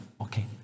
Okay